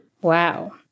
Wow